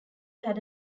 had